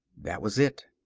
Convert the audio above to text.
that was it.